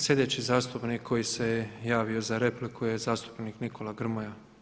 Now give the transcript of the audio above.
Sljedeći zastupnik koji se je javio za repliku je zastupnik Nikola Grmoja.